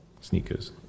sneakers